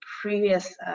previous